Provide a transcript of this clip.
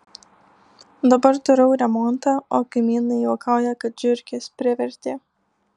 dabar darau remontą o kaimynai juokauja kad žiurkės privertė